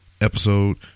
episode